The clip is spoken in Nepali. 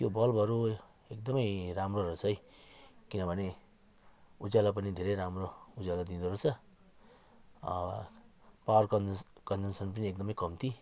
त्यो बल्बहरू एकदमै राम्रो रहेछ है किनभने उज्यालो पनि धेरै राम्रो उज्यालो दिँदोरहेछ पावर कन्जम क कन्जम्सन पनि एकदमै कम्ती